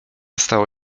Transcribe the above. stało